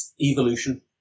evolution